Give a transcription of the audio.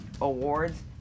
awards